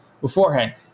beforehand